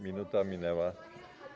Minuta minęła.